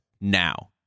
now